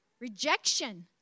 rejection